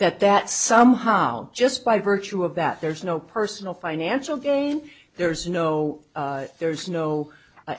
that that somehow just by virtue of that there's no personal financial gain there is no there is no